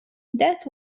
that